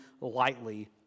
lightly